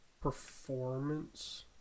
Performance